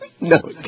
No